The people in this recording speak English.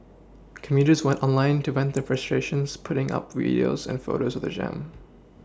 commuters went online to vent their frustrations putting up videos and photos of the jam